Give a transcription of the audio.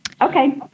okay